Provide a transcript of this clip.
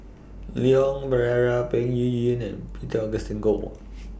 Leon Perera Peng Yuyun and Peter Augustine Goh